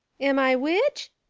am i widge?